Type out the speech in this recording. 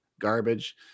garbage